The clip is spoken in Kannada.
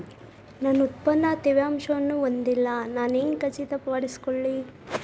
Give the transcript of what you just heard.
ನನ್ನ ಉತ್ಪನ್ನ ತೇವಾಂಶವನ್ನು ಹೊಂದಿಲ್ಲಾ ನಾನು ಹೆಂಗ್ ಖಚಿತಪಡಿಸಿಕೊಳ್ಳಲಿ?